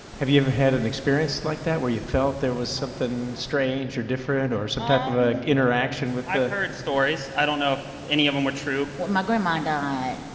have you ever had an experience like that, where you felt there was something strange or different or some type of ah interaction with a, i've heard stories. i don't know if any of them were true. when my grandma died,